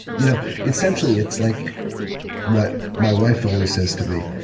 you know essentially it's like what my wife always says to me,